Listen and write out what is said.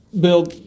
bill